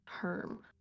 term